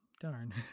Darn